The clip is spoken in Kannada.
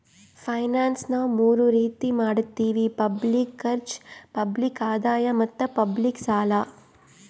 ಫೈನಾನ್ಸ್ ನಾವ್ ಮೂರ್ ರೀತಿ ಮಾಡತ್ತಿವಿ ಪಬ್ಲಿಕ್ ಖರ್ಚ್, ಪಬ್ಲಿಕ್ ಆದಾಯ್ ಮತ್ತ್ ಪಬ್ಲಿಕ್ ಸಾಲ